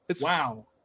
Wow